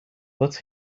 but